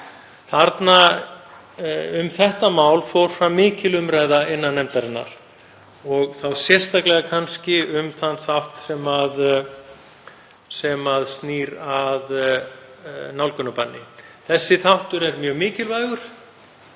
gr. Um þetta mál fór fram mikil umræða innan nefndarinnar og þá sérstaklega kannski um þann þátt sem snýr að nálgunarbanni. Þessi þáttur er mjög mikilvægur